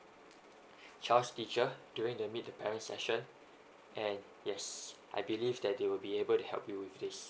child's teacher during the meet the parent session and yes I believe that they will be able to help you with this